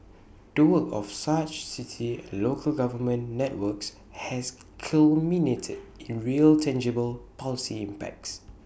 the work of such city and local government networks has culminated in real tangible policy impacts